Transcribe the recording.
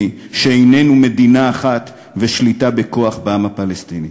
שאיננו מדינה אחת ושליטה בכוח בעם הפלסטיני.